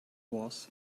was